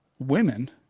women